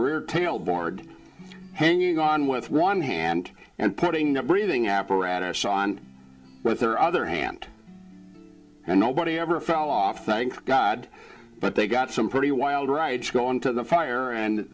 rear tail board hanging on with one hand and putting the breathing apparatus on but there are other hand and nobody ever fell off thank god but they got some pretty wild right to go into the fire and